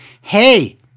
hey